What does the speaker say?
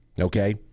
okay